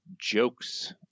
jokes